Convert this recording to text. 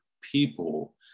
people